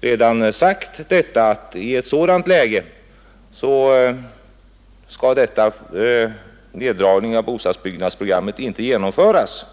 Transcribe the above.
redan sagt att i ett sådant läge skall denna neddragning av bostadsbyggnadsprogrammet inte genomföras.